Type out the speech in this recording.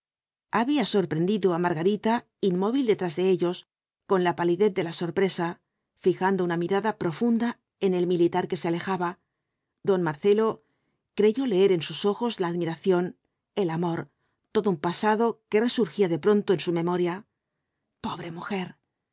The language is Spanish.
había sorprendido á margarita inmóvil detrás de ellos con la palidez de la sorpresa fijando una mirada profunda en el militar que se alejaba don marcelo creyó leer en sus ojos la admiración el amor todo un pasado que resurgía de pronto en su memoria pobre mujer